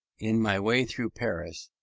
in my way through paris,